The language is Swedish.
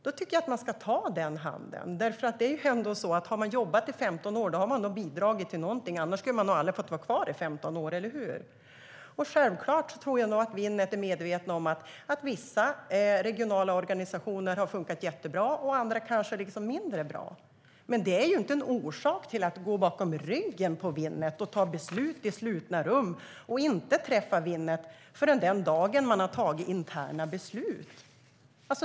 Då tycker jag att man ska ta den handen. Har man jobbat i 15 år har man nog bidragit till någonting. Annars skulle man nog aldrig ha fått vara kvar i 15 år, eller hur? Och självklart är nog Winnet medvetna om att vissa regionala organisationer har funkat jättebra och andra kanske mindre bra. Men det är inte en orsak till att gå bakom ryggen på Winnet och fatta beslut i slutna rum utan att träffa Winnet förrän den dag då man har fattat interna beslut.